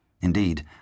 Indeed